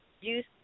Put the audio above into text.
use